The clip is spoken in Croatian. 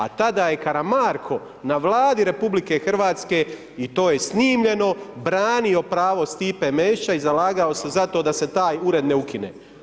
A tada je Karamarko na Vladi RH i to je snimljeno branio pravo Stipe Mesića i zalagao se za to da se taj ured ne ukine.